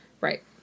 Right